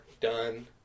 done